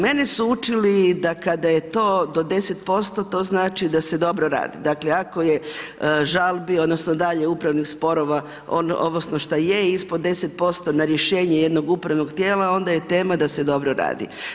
Mene su učili da kada je to do 10% to znači da se dobro radi. dakle ako je žalbi odnosno dalje upravnih sporova odnosno šta i je ispod 10% na rješenje jednog upravnog tijela onda je tema da se dobro radi.